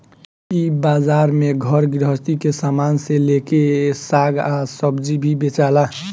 इ बाजार में घर गृहस्थी के सामान से लेके साग आ सब्जी भी बेचाला